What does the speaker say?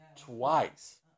Twice